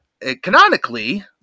Canonically